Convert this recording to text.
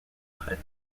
arêtes